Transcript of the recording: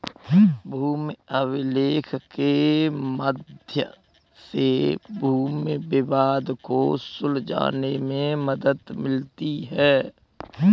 भूमि अभिलेख के मध्य से भूमि विवाद को सुलझाने में मदद मिलती है